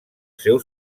seu